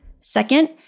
Second